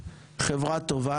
חברה טובה,